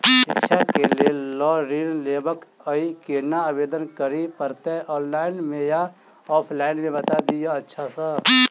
शिक्षा केँ लेल लऽ ऋण लेबाक अई केना आवेदन करै पड़तै ऑनलाइन मे या ऑफलाइन मे बता दिय अच्छा सऽ?